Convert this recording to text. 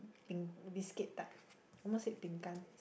thing biscuit type almost said